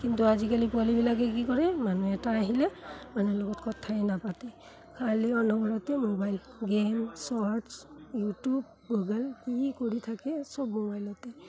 কিন্তু আজিকালি পোৱালীবিলাকে কি কৰে মানুহ এটা আহিলে মানুহ লগত কথাই নাপাতে খালি অনবৰতে mobile game shorts YouTube Google কি কৰি থাকে চব মোবাইলতে